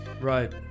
Right